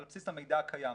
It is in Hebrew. על בסיס המידע הקיים,